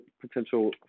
potential